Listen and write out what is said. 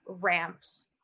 ramps